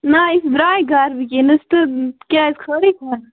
نَہ أسۍ درٛاے گَرٕ وٕکٮ۪نَس تہٕ کیٛازِ خٲرٕے چھا